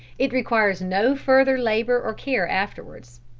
it requires no further labor or care afterwards.